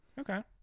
Okay